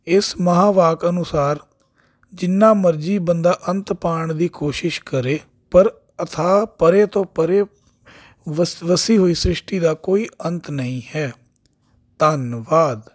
ਇਸ ਮਹਾਂ ਵਾਕ ਅਨੁਸਾਰ ਜਿੰਨਾ ਮਰਜ਼ੀ ਬੰਦਾ ਅੰਤ ਪਾਉਣ ਦੀ ਕੋਸ਼ਿਸ਼ ਕਰੇ ਪਰ ਅਥਾਹ ਪਰੇ ਤੋਂ ਪਰੇ ਵਸ ਵਸੀ ਹੋਈ ਸ੍ਰਿਸ਼ਟੀ ਦਾ ਕੋਈ ਅੰਤ ਨਹੀਂ ਹੈ ਧੰਨਵਾਦ